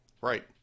Right